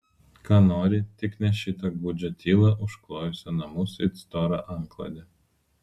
ką nori tik ne šitą gūdžią tylą užklojusią namus it stora antklode